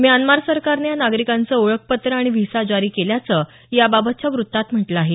Myanmar सरकारनं या नागरिकांचं ओळखपत्र आणि व्हिसा जारी केल्याचं याबाबतच्या वृत्तात म्हटलं आहे